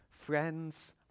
friends